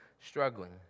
struggling